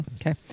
Okay